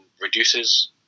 reduces